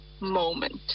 moment